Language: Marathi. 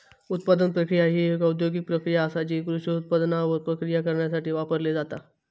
उत्पादन प्रक्रिया ही एक औद्योगिक प्रक्रिया आसा जी कृषी उत्पादनांवर प्रक्रिया करण्यासाठी वापरली जाता